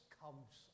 comes